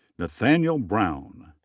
nathaniel brown.